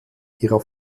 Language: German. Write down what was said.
ihrer